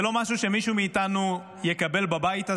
זה לא משהו שמישהו מאיתנו יקבל בבית הזה.